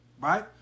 Right